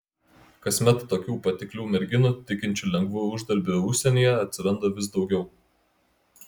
kasmet tokių patiklių merginų tikinčių lengvu uždarbiu užsienyje atsiranda vis daugiau